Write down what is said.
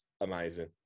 amazing